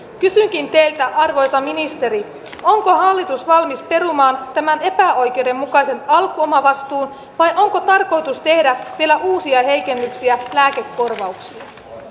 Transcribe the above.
kysynkin teiltä arvoisa ministeri onko hallitus valmis perumaan tämän epäoikeudenmukaisen alkuomavastuun vai onko tarkoitus tehdä vielä uusia heikennyksiä lääkekorvauksiin